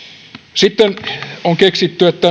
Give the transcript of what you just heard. sitten on keksitty että